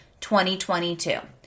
2022